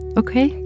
okay